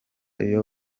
iyo